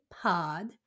pod